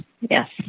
Yes